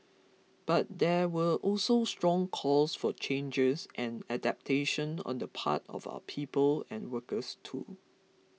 but there were also strong calls for changes and adaptation on the part of our people and workers too